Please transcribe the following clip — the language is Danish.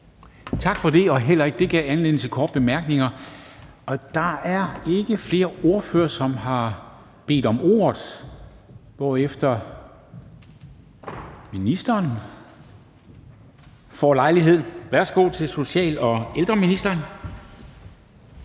Tak for det, og heller ikke det gav anledning til korte bemærkninger. Der er ikke flere ordførere, som har bedt om ordet, hvorfor det nu er ministeren, der får lejlighed til at sige noget. Værsgo til social- og ældreministeren.